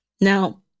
Now